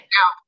Now